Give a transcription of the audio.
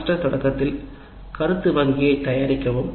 semester தொடக்கத்தில் உருப்படி வங்கியைத் தயாரிக்கவும்